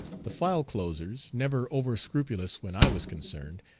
the file-closers, never over-scrupulous when i was concerned,